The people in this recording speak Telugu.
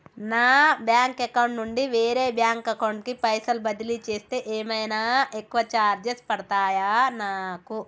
నా బ్యాంక్ అకౌంట్ నుండి వేరే బ్యాంక్ అకౌంట్ కి పైసల్ బదిలీ చేస్తే ఏమైనా ఎక్కువ చార్జెస్ పడ్తయా నాకు?